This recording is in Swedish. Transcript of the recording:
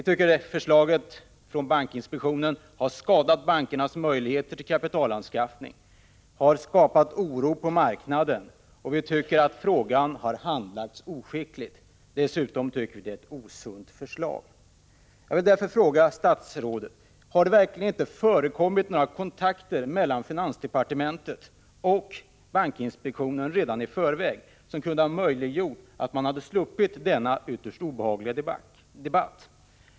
Vi tycker att förslaget från bankinspektionen har skadat bankernas möjligheter till kapitalanskaffning och skapat oro på marknaden. Vi tycker också att frågan har handlagts oskickligt. Dessutom tycker vi att det är ett osunt förslag. Jag vill därför fråga statsrådet: Har det verkligen inte förekommit några kontakter mellan finansdepartementet och bankinspektionen redan i förväg som kunde ha gjort att man hade sluppit denna ytterst obehagliga debatt?